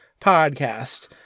podcast